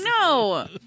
No